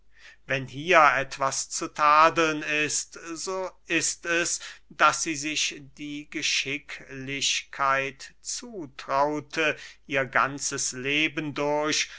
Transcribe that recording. wenn hier etwas zu tadeln ist so ist es daß sie sich die geschicklichkeit zutraute ihr ganzes leben durch